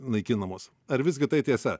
naikinamus ar visgi tai tiesa